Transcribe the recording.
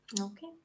okay